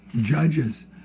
judges